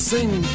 Sing